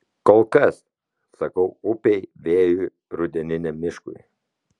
kol kas sakau upei vėjui rudeniniam miškui